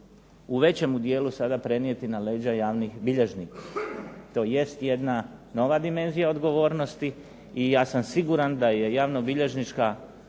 u većemu dijelu sad prenijeti na leđa javnih bilježnika. To jest jedna nova dimenzija odgovornosti i ja sam siguran da je Javno bilježnička